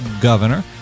governor